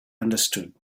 understood